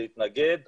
להתנגד,